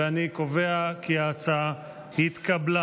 ואני קובע כי ההצעה התקבלה.